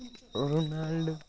Ronaldo